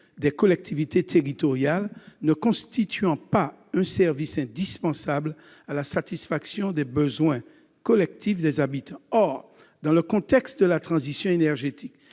des collectivités territoriales, ne constituant pas un service indispensable à la satisfaction des besoins collectifs des habitants. Or, dans le contexte de la transition énergétique,